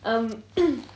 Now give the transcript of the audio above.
um